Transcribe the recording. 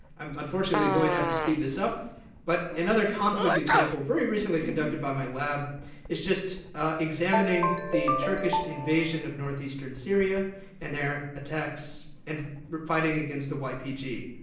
i'm unfortunately going up to speed this up but another conflict example very recently conducted by my lab is examining the turkish invasion of northeastern syria and their attacks and fighting against the white pg.